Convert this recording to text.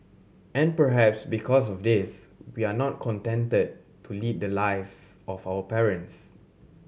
and perhaps because of this we are not contented to lead the lives of our parents